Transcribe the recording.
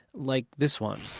like this one